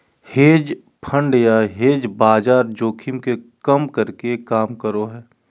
hedge fund या hedge बाजार जोखिम के कम करे के काम करो हय